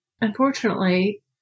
unfortunately